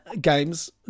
games